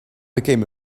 became